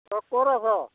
অঁ ক'ত আছ